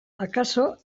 akaso